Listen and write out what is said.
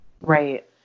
Right